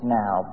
now